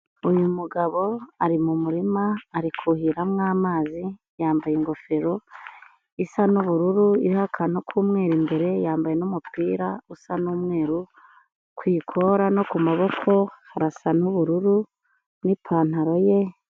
Uyu mugabo ari mu murima ari kuhiramo amazi yambaye ingofero isa n'ubururu iriho akanru k'umweru imbere yambaye n'umupira usa n'umweru, ku ikora no ku maboko harasa n'ubururu n'ipantaro ye.